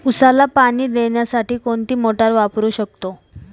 उसाला पाणी देण्यासाठी कोणती मोटार वापरू शकतो?